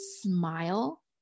smile